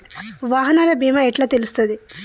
వాహనాల బీమా ఎట్ల తెలుస్తది?